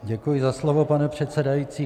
Děkuji za slovo, pane předsedající.